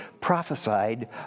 prophesied